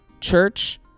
church